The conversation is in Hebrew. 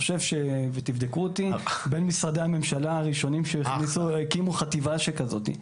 ותבדקו אותי בין משרדי הממשלה הראשונים שהקימו חטיבה שכזאת,